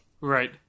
Right